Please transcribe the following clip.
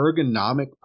ergonomic